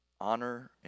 honor